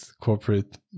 corporate